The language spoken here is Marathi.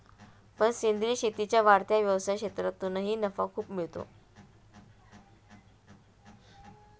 पण सेंद्रीय शेतीच्या वाढत्या व्यवसाय क्षेत्रातूनही नफा खूप मिळतो